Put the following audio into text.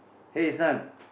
hey son